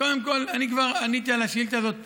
קודם כול, עניתי על השאילתה הזאת פעם,